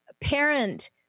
parent